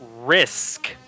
Risk